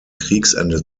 kriegsende